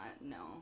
no